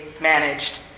managed